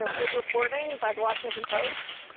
ah good reporting by the washington post.